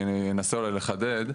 ואני אנסה אולי לחדד,